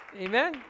Amen